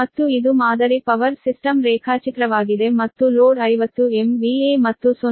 ಮತ್ತು ಇದು ಮಾದರಿ ಪವರ್ ಸಿಸ್ಟಮ್ ರೇಖಾಚಿತ್ರವಾಗಿದೆ ಮತ್ತು ಲೋಡ್ 50 MVA ಮತ್ತು 0